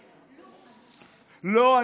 לא,